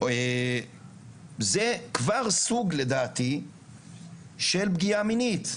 זה כבר סוג של פגיעה מינית, לדעתי.